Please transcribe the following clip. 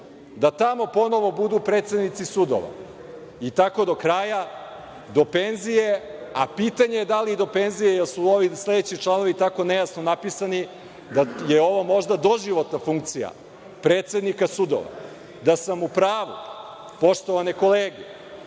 da tamo budu predsednici sudova, i tako do kraja, do penzije, a pitanje da li i do penzije, jer su ovi sledeći članovi tako nejasno napisani da je ovo možda doživotna funkcija predsednika sudova. Da sam u pravu, poštovane kolege,